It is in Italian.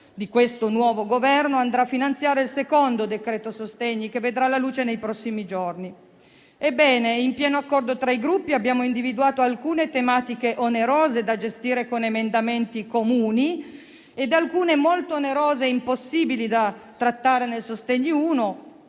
di questo nuovo Governo andrà a finanziare il secondo decreto sostegni, che vedrà la luce nei prossimi giorni. Ebbene, in pieno accordo tra i Gruppi, abbiamo individuato alcune tematiche onerose, da gestire con emendamenti comuni, e altre molto onerose e impossibili da trattare nel primo